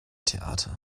theater